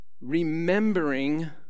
remembering